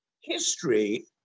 History